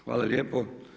Hvala lijepo.